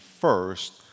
first